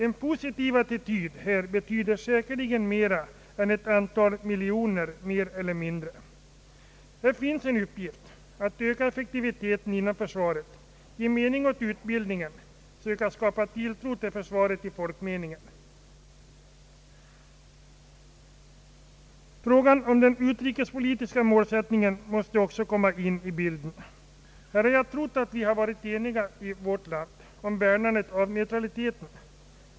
En positiv attityd betyder här säkerligen mera än ett antal miljoner kronor. Här finns en uppgift att öka effektiviteten inom försvaret, att ge mening åt utbildningen och att söka skapa tilltro till försvaret i folkmeningen. Frågan om den utrikespolitiska målsättningen måste också komma in i bilden. Jag har här trott att vi alla varit eniga i vårt land om att vi skulle värna vår neutralitet.